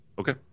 okay